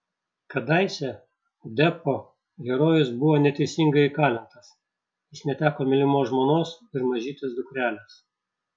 kadaise deppo herojus buvo neteisingai įkalintas jis neteko mylimos žmonos ir mažytės dukrelės